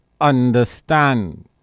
understand